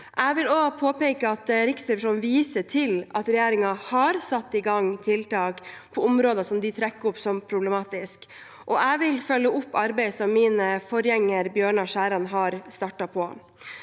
Jeg vil også påpeke at Riksrevisjonen viser til at regjeringen har satt i gang tiltak på områder som de trekker opp som problematiske, og jeg vil følge opp arbeidet som min forgjenger, Bjørnar Skjæran, har startet på.